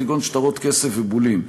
כגון שטרות כסף ובולים.